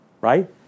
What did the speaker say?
right